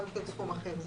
גם סכום אחר.